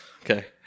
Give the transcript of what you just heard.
okay